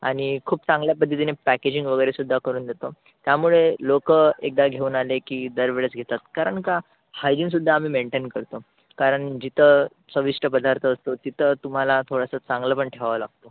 आणि खूप चांगल्या पद्धतीने पॅकेजिंग वगैरे सुद्धा करून देतो त्यामुळे लोकं एकदा घेऊन आले की दर वेळेस येतात कारण का हायजिनसुद्धा आम्ही मेंटेन करतो कारण जिथं चविष्ट पदार्थ असतो तिथं तुम्हाला थोडंसं चांगलं पण ठेवावं लागतो